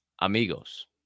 amigos